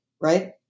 right